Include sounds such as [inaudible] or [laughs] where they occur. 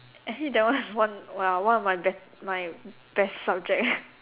actually that one is one ya one of my be~ my best subject [laughs]